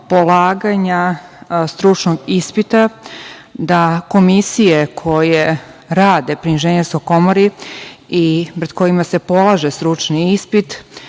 polaganja stručnog ispita, da komisije koje rade pri inženjerskoj komori i pred kojima se polaže struni ispit,